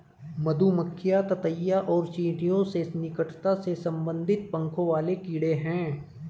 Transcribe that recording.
मधुमक्खियां ततैया और चींटियों से निकटता से संबंधित पंखों वाले कीड़े हैं